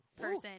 person